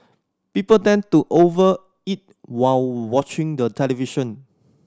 people tend to over eat while watching the television